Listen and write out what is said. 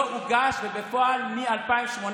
לא הוגש, בפועל מ-2018,